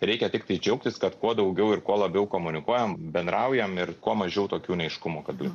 reikia tiktai džiaugtis kad kuo daugiau ir kuo labiau komunikuojam bendraujam ir kuo mažiau tokių neaiškumų kad